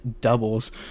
doubles